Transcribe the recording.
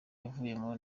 yavuyemo